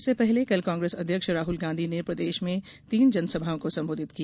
इससे पहले कल कांग्रेस अध्यक्ष राहल गांधी ने प्रदेश में तीन जनसभाओं को संबोधित किया